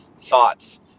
thoughts